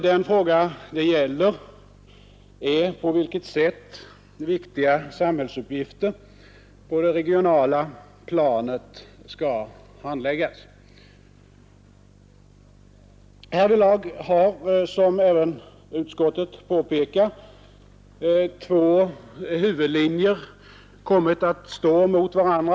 Den fråga det gäller är på vilket sätt viktiga samhällsuppgifter på det regionala planet skall handläggas. Härvidlag har, som även utskottet påpekar, två huvudlinjer kommit att stå mot varandra.